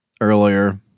earlier